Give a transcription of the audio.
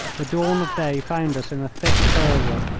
the dawn of day found us in a thick fir-wood,